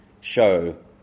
show